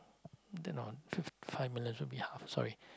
then on fif~ five million should be half sorry